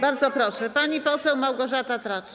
Bardzo proszę, pani poseł Małgorzata Tracz.